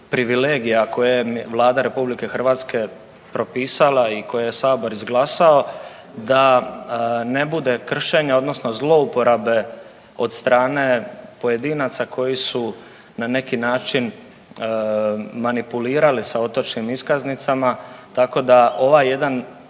privilegija kojom je Vlada RH propisala i koji je sabor izglasao da ne bude kršenja odnosno zlouporabe od strane pojedinaca koji su na neki način manipulirali sa otočnim iskaznicama, tako da ovaj jedan